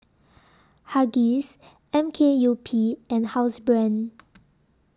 Huggies M K U P and Housebrand